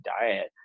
diet